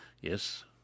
Yes